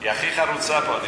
היא הכי חרוצה פה.